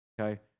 Okay